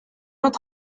mains